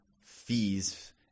fees